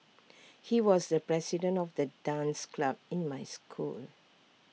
he was the president of the dance club in my school